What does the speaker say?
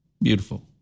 beautiful